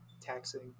taxing